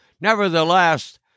nevertheless